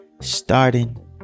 starting